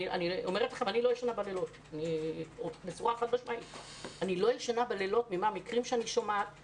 אני אומרת לכם שאני לא ישנה בלילות בגלל המקרים שאני שומעת,